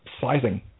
Sizing